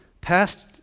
past